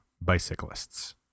Bicyclists